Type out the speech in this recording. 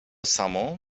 samo